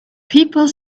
people